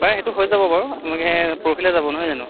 বাৰু সেইটো হৈ যাব বাৰু আপোনালোকে পৰহিলৈ যাব নহয় জানো